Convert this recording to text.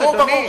ברור.